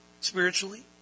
spiritually